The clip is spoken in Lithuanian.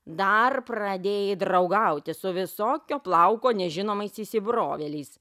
dar pradėjai draugauti su visokio plauko nežinomais įsibrovėliais